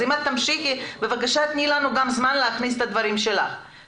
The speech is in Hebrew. אז בבקשה תני לנו גם זמן להכניס את הדברים שלנו.